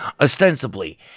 ostensibly